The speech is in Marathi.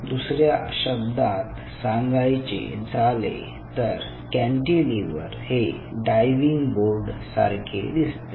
दुसऱ्या शब्दात सांगायचे झाले तर कॅन्टीलिव्हर हे डायव्हिंग बोर्ड सारखे असतात